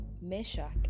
Meshach